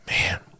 Man